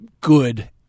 good